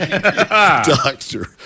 Doctor